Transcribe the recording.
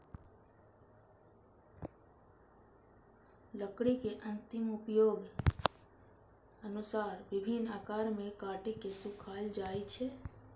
लकड़ी के अंतिम उपयोगक अनुसार विभिन्न आकार मे काटि के सुखाएल जाइ छै